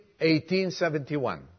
1871